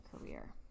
career